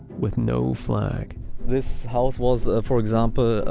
with no flag this house was, ah for example,